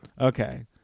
Okay